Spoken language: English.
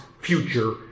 future